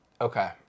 Okay